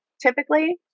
typically